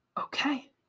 okay